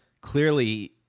clearly